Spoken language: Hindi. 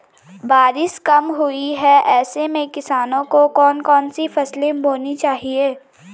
बारिश कम हुई है ऐसे में किसानों को कौन कौन सी फसलें बोनी चाहिए?